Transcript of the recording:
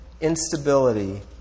instability